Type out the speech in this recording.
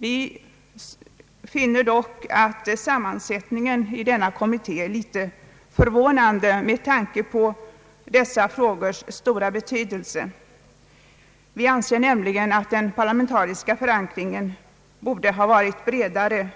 Vi finner dock att sammansättningen i denna kommitté är litet förvånande med tanke på dessa frågors stora betydelse. Vi anser nämligen att den parlamentariska förankringen borde ha varit bredare och